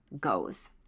goes